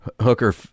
hooker